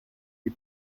die